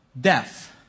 Death